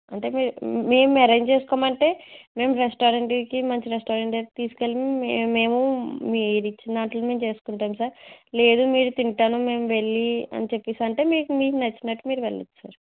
అంటే మీరు మేము ఎరేంజ్ చేసుకోము అంటే మేము రెస్టారెంట్కి దగ్గరికి మంచి రెస్టారెంట్ దగ్గరికి తీసుకెళ్ళి మేము మీరు ఇచ్చిన అట్లనే మేము చేసుకుంటాము సార్ లేదు మీరు తింటాను మేము వెళ్ళి అని చెప్పేసి అంటే మీకు మీకు నచ్చినట్టు మీరు వెళ్ళవచ్చు సార్